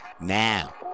now